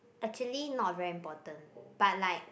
actually not very important but like